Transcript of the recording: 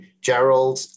Gerald